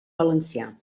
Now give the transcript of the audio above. valencià